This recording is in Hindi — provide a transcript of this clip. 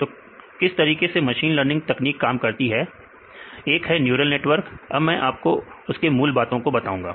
तो किस तरीके से मशीन लर्निंग तकनीक काम करती है एक है न्यूरल नेटवर्क अब मैं आपको उसके मूल बातों को बताऊंगा